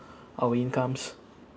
our incomes